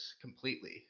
completely